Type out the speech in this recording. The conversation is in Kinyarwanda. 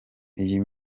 iyi